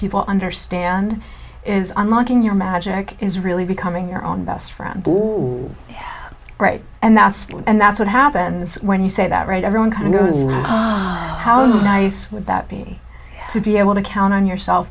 people understand is unlocking your magic is really becoming your own best friend and that's and that's what happens when you say that right everyone kind of how nice would that be to be able to count on yourself